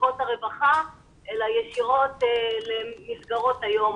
מחלקות הרווחה אלא ישירות למסגרות היום,